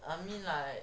I mean like